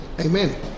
Amen